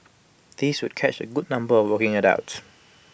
this would catch A good number working adults